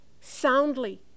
soundly